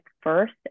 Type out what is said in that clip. first